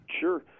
sure